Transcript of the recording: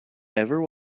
ever